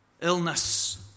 illness